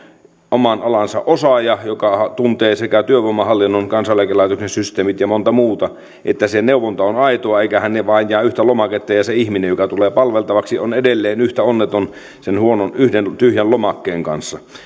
oman alansa osaaja ja joka tuntee sekä työvoimahallinnon kansaneläkelaitoksen systeemit että monta muuta että se neuvonta on aitoa eikä hän vain jaa yhtä lomaketta ja se ihminen joka tulee palveltavaksi on edelleen yhtä onneton sen yhden tyhjän lomakkeen kanssa